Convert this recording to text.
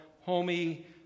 homey